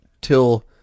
till